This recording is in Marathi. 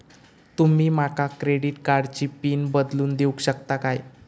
तुमी माका क्रेडिट कार्डची पिन बदलून देऊक शकता काय?